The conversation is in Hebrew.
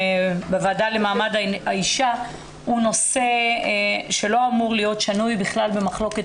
בוועדה לקידום מעמד האישה הוא נושא שלא אמור להיות שנוי במחלוקת